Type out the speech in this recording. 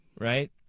right